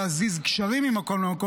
להזיז גשרים ממקום למקום,